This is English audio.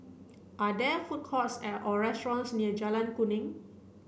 are there food courts or restaurants near Jalan Kuning